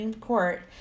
Court